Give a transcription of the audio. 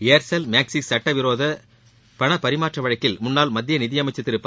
Aircel Maxis சுட்டவிரோத பணபரிமாற்ற வழக்கில் முன்னாள் மத்திய நிதியமைச்சர் திரு ப